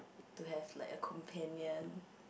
to have like a companion